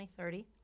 2030